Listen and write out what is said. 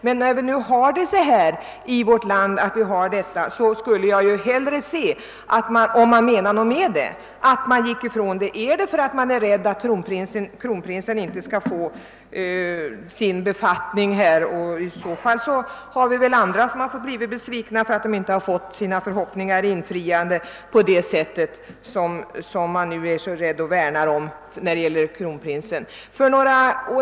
Men när vi nu har det på detta sätt i vårt land skulle jag hellre se, om man menar något med sitt tal, att man ginge ifrån den föreslagna ordningen. Vill man inte göra det därför att man är rädd för att kronprinsen inte skall få sin befattning? I så fall finns det väl andra som har fått bli besvikna därför att deras förhoppningar inte infriats på det sätt som man nu värnar så kraftigt om då det gäller kronprinsen.